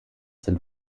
sind